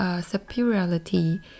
superiority